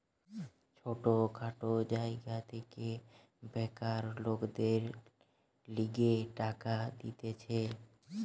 ছোট খাটো জায়গা থেকে বেকার লোকদের লিগে টাকা দিতেছে